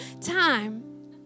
time